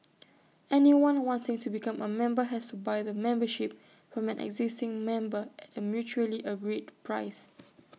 anyone wanting to become A member has to buy the membership from an existing member at A mutually agreed price